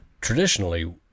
traditionally